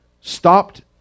stopped